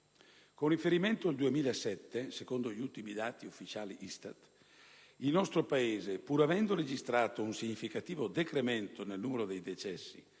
Con riferimento al 2007 - secondo gli ultimi dati ufficiali ISTAT- il nostro Paese, infatti, pur avendo registrato un significativo decremento nel numero dei decessi,